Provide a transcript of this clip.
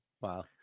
Wow